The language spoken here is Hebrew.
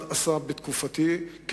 בתקופתי המשרד עשה,